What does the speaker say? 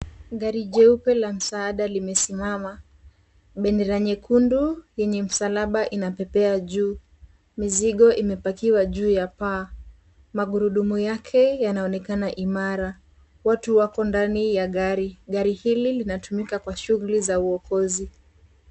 Gari jeupe la msaada limesimama. Bendera nyekundu yenye msalaba inapea juu. Mizigo imepakiwa juu ya paa. Magurudumu yake yanaonekana imara. Watu wako ndani ya gari. Gari hili linatumika kwa shughuli za uokozi.